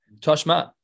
Toshma